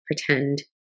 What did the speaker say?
pretend